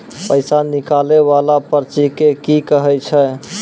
पैसा निकाले वाला पर्ची के की कहै छै?